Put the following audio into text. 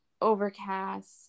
Overcast